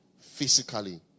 physically